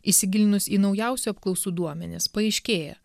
įsigilinus į naujausių apklausų duomenis paaiškėja